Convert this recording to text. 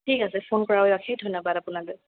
ঠিক আছে ফোন কৰাৰ বাবে অশেষ ধন্যবাদ আপোনালৈ